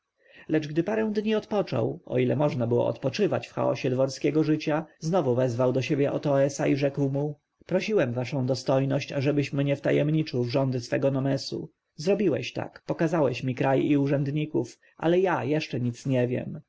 lecz gdy parę dni odpoczął o ile można było odpocząć w chaosie dworskiego życia znowu wezwał do siebie otoesa i rzekł mu prosiłem waszą dostojność ażebyś mnie wtajemniczył w rządy swego nomesu zrobiłeś tak pokazałeś mi kraj i urzędników ale ja jeszcze nic nie wiem